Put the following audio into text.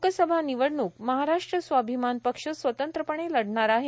लोकसभा निवडणूक महाराष्ट्र स्वाभिमान पक्ष स्वतंत्र लढणार आहे